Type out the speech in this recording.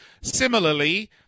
Similarly